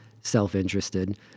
self-interested